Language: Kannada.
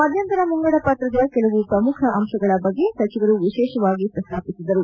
ಮಧ್ಯಂತರ ಮುಂಗಡ ಪ್ರತ್ರದ ಕೆಲವು ಪ್ರಮುಖ ಅಂತಗಳ ಬಗ್ಗೆ ಸಚಿವರು ವಿಶೇಷವಾಗಿ ಪ್ರಸ್ತಾಪಿಸಿದರು